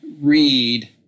read